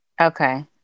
Okay